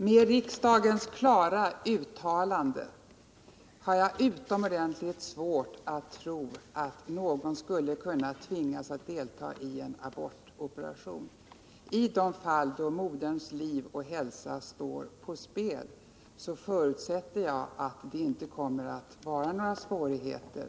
Herr talman! Mot bakgrund av riksdagens klara uttalande har jag utomordentligt svårt att tro att någon skulle kunna tvingas att delta i en abortoperation. I de fall, då moderns liv och hälsa står på spel, förutsätter jag att det inte kommer att bli några svårigheter